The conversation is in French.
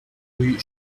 rue